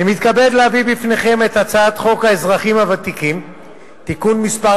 אני מתכבד להביא בפניכם את הצעת חוק האזרחים הוותיקים (תיקון מס'